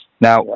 now